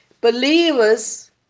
Believers